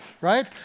right